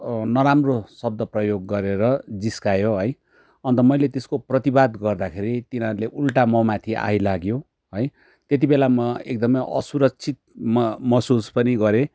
नराम्रो शब्द प्रयोग गरेर जिस्कायो है अन्त मैले त्यसको प्रतिवाद गर्दाखेरि तिनीहरूले उल्टा ममाथि आइलाग्यो है त्यतिबेला म एकदमै असुरक्षित म महसुस पनि गरेँ